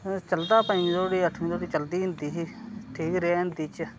चलदा पंजमी धोड़ी अठमी धोड़ी चलदी हिंदी ही ठीक रेहा हिंदी च